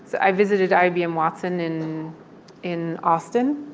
i visited ibm watson in in austin.